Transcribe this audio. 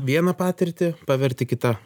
vieną patirtį paverti kita